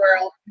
world